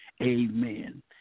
Amen